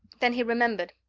then he remembered.